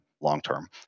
long-term